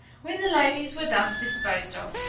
when the ladies were thus disposed of,